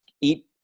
eat